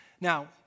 Now